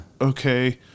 okay